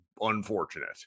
unfortunate